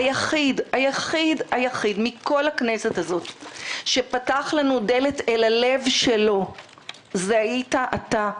היחיד מכל הכנסת הזאת שפתח לנו דלת אל הלב שלו היית אתה,